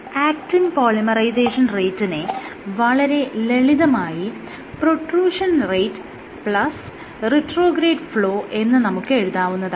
actin polymerisation റേറ്റിനെ വളരെ ലളിതമായി protrusion rate plus retrograde flow എന്ന് നമുക്ക് എഴുതാവുന്നതാണ്